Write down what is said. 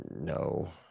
No